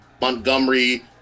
Montgomery